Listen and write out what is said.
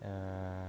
err